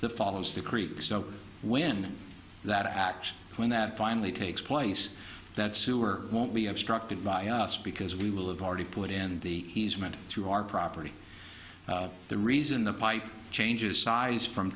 that follows the creek so when that act when that finally takes place that sewer won't be obstructed by us because we will have already put in the easement through our property the reason the pipe changes size from